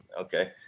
Okay